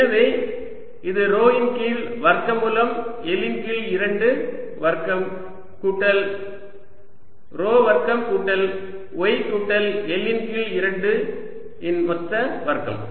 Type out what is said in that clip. எனவே இது ρ இன் கீழ் வர்க்கமூலம் L இன் கீழ் 2 வர்க்கம் கூட்டல் ρ வர்க்கம் கூட்டல் y கூட்டல் L இன் கீழ் 2 இன் மொத்தவர்க்கம்